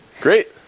great